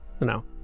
No